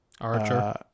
Archer